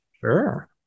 Sure